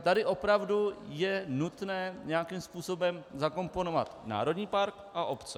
Tady opravdu je nutné nějakým způsobem zakomponovat národní park a obce.